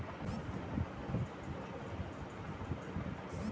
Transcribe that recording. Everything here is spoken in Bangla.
কাঠের ভেতরে বাসা বেঁধে ঘুন লাগিয়ে দেয় একধরনের পোকা